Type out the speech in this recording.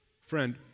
Friend